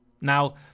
Now